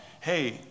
Hey